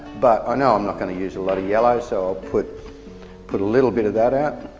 but i know i'm not going to use a lot of yellow so i'll put put a little bit of that out,